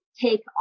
take